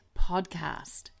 podcast